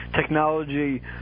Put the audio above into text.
Technology